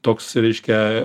toks reiškia